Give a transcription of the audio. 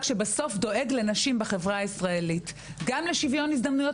שבסוף דואג לנשים בחברה הישראלית גם לשוויון הזדמנויות